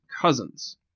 Cousins